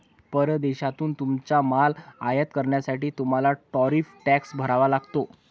परदेशातून तुमचा माल आयात करण्यासाठी तुम्हाला टॅरिफ टॅक्स भरावा लागतो